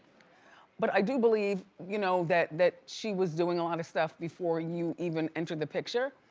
but i do believe you know that that she was doing a lot of stuff before you even entered the picture.